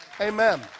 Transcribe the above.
amen